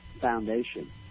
foundation